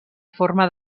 forma